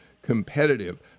competitive